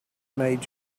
made